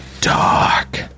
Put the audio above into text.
Dark